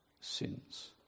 sins